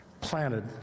planted